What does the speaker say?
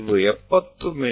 ಇವು 70 ಮಿ